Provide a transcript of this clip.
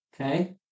Okay